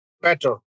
better